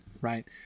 right